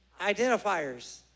identifiers